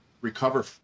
recover